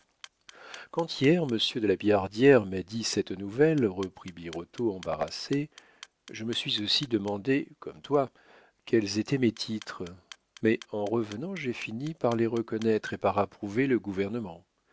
hier monsieur de la billardière m'a dit cette nouvelle reprit birotteau embarrassé je me suis aussi demandé comme toi quels étaient mes titres mais en revenant j'ai fini par les reconnaître et par approuver le gouvernement